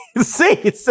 See